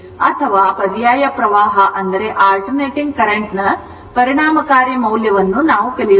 ಅಥವಾ ಪರ್ಯಾಯ ಪ್ರವಾಹದ ಪರಿಣಾಮಕಾರಿ ಮೌಲ್ಯವನ್ನು ನಾವು ಕಲಿಯುತ್ತೇವೆ